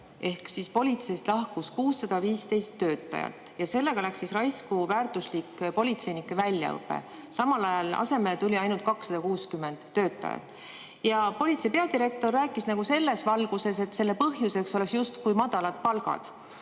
pööre. Politseist lahkus 615 töötajat ja sellega läks raisku väärtuslik politseinike väljaõpe, samal ajal asemele tuli ainult 260 töötajat. Ja politseipeadirektor rääkis selles valguses, et selle põhjuseks on justkui madalad palgad.